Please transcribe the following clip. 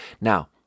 Now